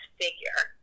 figure